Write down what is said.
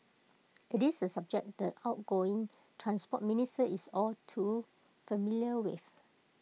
IT is A subject the outgoing Transport Minister is all too familiar with